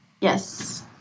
Yes